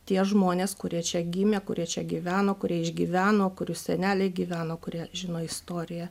tie žmonės kurie čia gimė kurie čia gyveno kurie išgyveno kurių seneliai gyveno kurie žino istoriją